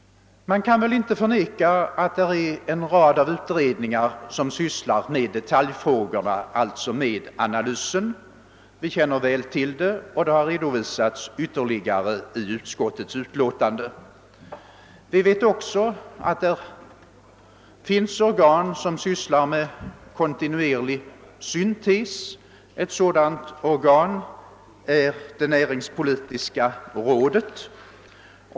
Man kan väl ändå inte förneka att en rad utredningar sysslat med detuljfrågorna, d.v.s. med analysen. Vi kän ner väl till detta och det har ytterligare redovisats i utskottets utlåtande. Vi vet också att det finns organ som sysslar med kontinuerlig syntes; ett sådant organ är det näringspolitiska rådet.